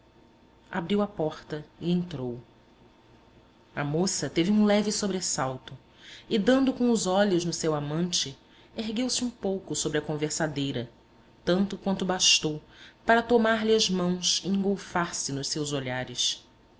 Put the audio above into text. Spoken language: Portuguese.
abriu a porta e entrou a moça teve um leve sobressalto e dando com os olhos no seu amante ergueuse um pouco sobre a conversadeira tanto quanto bastou para tomar lhe as mãos e engolfar se nos seus olhares